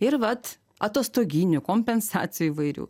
ir vat atostoginių kompensacijų įvairių